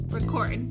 Record